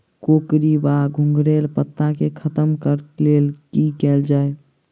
कोकरी वा घुंघरैल पत्ता केँ खत्म कऽर लेल की कैल जाय?